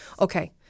okay